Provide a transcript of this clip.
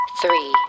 Three